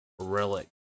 relic